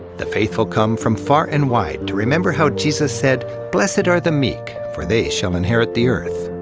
the faithful come from far and wide to remember how jesus said, blessed are the meek, for they shall inherit the earth.